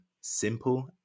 simple